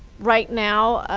right now,